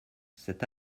cet